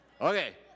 Okay